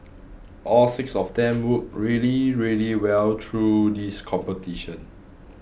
all six of them worked really really well through this competition